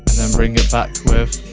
then bring it back with